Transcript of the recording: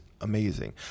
amazing